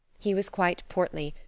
he was quite portly,